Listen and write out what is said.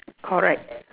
correct